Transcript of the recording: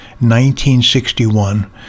1961